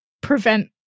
prevent